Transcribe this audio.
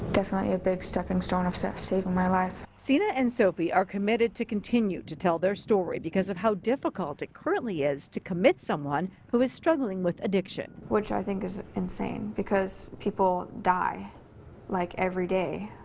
definitely a big stepping stone of saving my life. sena and sophie are committed to continue to tell their story because of how difficult it currently is to commit someone who is struggling with addiction. which i think is insane because people die like every day,